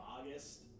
august